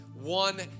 one